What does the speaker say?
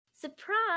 Surprise